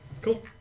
Cool